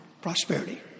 prosperity